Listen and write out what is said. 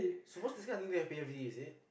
supposed to this kind of thing then have P_F_D is it